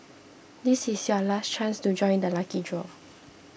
this is your last chance to join the lucky draw